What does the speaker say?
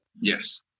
Yes